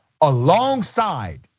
alongside